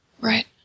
Right